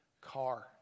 car